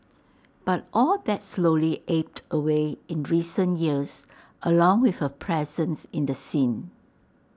but all that slowly ebbed away in recent years along with her presence in the scene